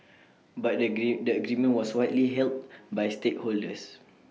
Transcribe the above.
but the agreement the was widely hailed by stakeholders